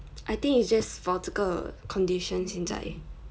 I think it's just for 这个 condition 现在